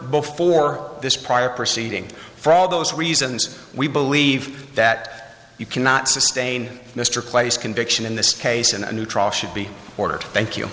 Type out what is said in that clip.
before this prior proceeding for all those reasons we believe that you cannot sustain mr place conviction in this case in a new trial should be ordered thank you